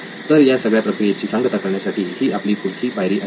तर या सगळ्या प्रक्रियेची सांगता करण्यासाठी ही आपली पुढची पायरी असेल